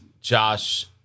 Josh